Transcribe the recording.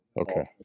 Okay